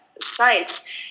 sites